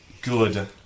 good